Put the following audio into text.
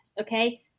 Okay